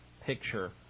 picture